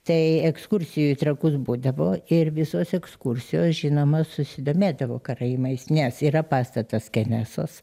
tai ekskursijų į trakus būdavo ir visos ekskursijos žinoma susidomėdavo karaimais nes yra pastatas kenesos